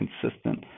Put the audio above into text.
consistent